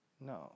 No